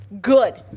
good